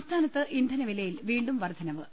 സംസ്ഥാനത്ത് ഇന്ധനവിലയിൽ വീണ്ടും വർധനവ്